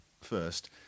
first